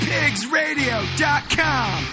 PigsRadio.com